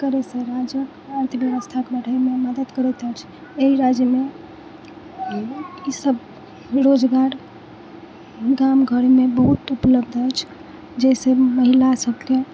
करैसँ राज्य अर्थव्यवस्थाके बढ़ैमे मदद करैत अछि एहि राज्यमे ई सभ रोजगार गाम घरमे बहुत उपलब्ध अछि जाहिसँ महिला सभके